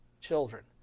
children